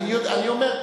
אני אומר,